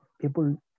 people